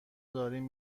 داریم